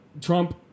Trump